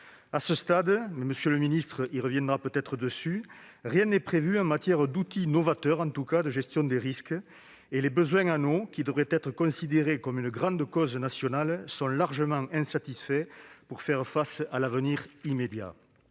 À ce stade, mais vous y reviendrez peut-être, monsieur le ministre, rien n'est prévu en matière d'outils novateurs de gestion des risques. Les besoins en eau, qui devraient être considérés comme une grande cause nationale, sont largement insatisfaits pour faire face à l'avenir immédiat.